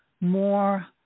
more